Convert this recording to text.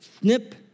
Snip